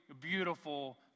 beautiful